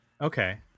Okay